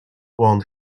want